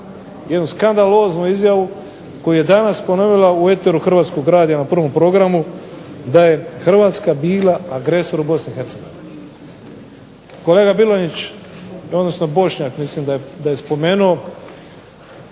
jednu skandaloznu izjavu koju je danas ponovila u eteru Hrvatskog radija na prvom programu da je Hrvatska bila agresor u Bosni i Hercegovini. Kolega Bilonjić, odnosno Bošnjak mislim da je spomenuo